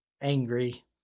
angry